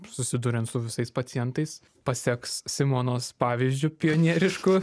susiduriant su visais pacientais paseks simonos pavyzdžiu pionierišku